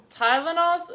Tylenols